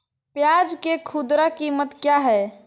प्याज के खुदरा कीमत क्या है?